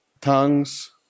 tongues